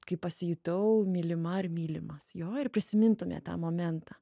kai pasijutau mylima ar mylimas jo ir prisimintume tą momentą